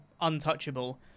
untouchable